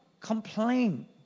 complain